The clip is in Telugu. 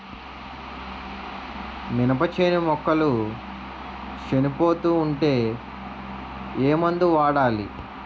మినప చేను మొక్కలు చనిపోతూ ఉంటే ఏమందు వాడాలి?